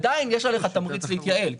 עדיין יש עליך תמריץ להתייעל,